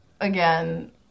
again